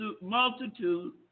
multitude